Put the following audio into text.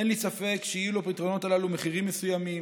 אין לי ספק שיהיו לפתרונות הללו מחירים מסוימים,